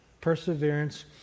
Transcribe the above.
perseverance